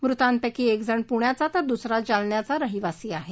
मृतांपैकी एक जण पुण्याचा तर दुसरा जालन्याचा रहिवासी आहे